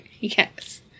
Yes